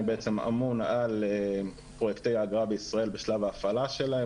אני אמון על פרויקטי האגרה בישראל בשלב ההפעלה שלהם,